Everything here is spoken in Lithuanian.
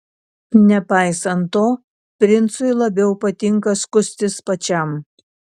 nepaisant to princui labiau patinka skustis pačiam